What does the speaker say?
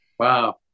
Wow